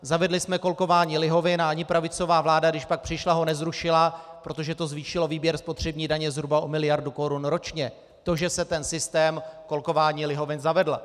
Zavedli jsme kolkování lihovin a ani pravicová vláda, když pak přišla, ho nezrušila, protože to zvýšilo výběr spotřební daně zhruba o miliardu korun ročně, to, že se systém kolkování lihovin zavedl.